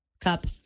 cup